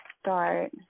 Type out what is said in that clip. start